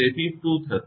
તેથી શું થશે